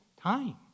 time